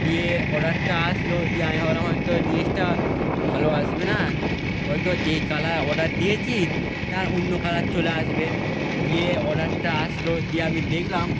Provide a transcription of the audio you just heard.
দিয়ে অর্ডারটা আসলো দিয়ে আমি ভাবলাম হয়তো জিনিসটা ভালো আসবে না হয়তো যেই কালার অর্ডার দিয়েছি তার অন্য কালার চলে আসবে দিয়ে অর্ডারটা আসলো দিয়ে আমি দেখলাম